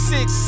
Six